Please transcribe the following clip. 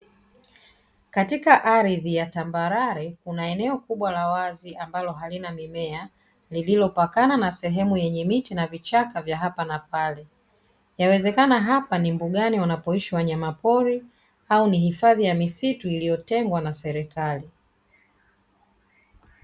Katika ardhi ya tambarare kuna eneo kubwa la wazi ambalo halina mimea, lililopakana na sehemu yenye miti na vichaka vya hapa na pale. Yawezekana hapa ni mbugani wanapoishi wanyama pori au ni hifadhi ya misitu iliyotengwa na serikali.